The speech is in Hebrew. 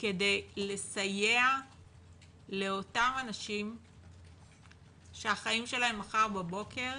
כדי לסייע לאותם אנשים שהחיים שלהם מחר בבוקר